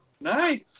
Nice